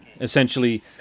Essentially